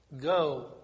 go